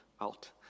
out